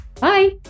bye